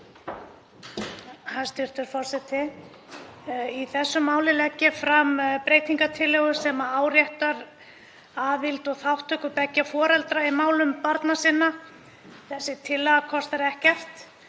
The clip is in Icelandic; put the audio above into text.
Hæstv. forseti. Í þessu máli legg ég fram breytingartillögu sem áréttar aðild og þátttöku beggja foreldra í málum barna sinna. Tillagan kostar ekkert